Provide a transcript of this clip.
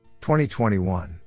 2021